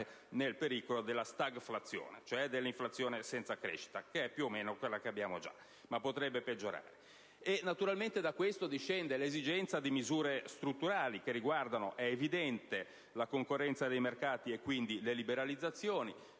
nel pericolo della stagflazione, ossia dell'inflazione senza crescita, che più o meno abbiamo già ma che potrebbe anche peggiorare. Naturalmente da questo discende l'esigenza di misure strutturali che riguardano ‑ è evidente ‑ la concorrenza dei mercati e quindi le liberalizzazioni,